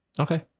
Okay